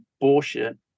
bullshit